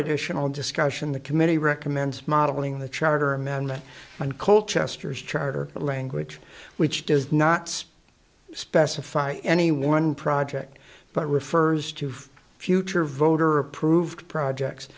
additional discussion the committee recommends modeling the charter amendment and call chester's charter language which does not specify any one project but refers to future voter approved projects